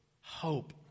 hope